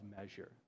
measure